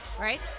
right